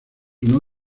uno